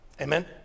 Amen